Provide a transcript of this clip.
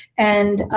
and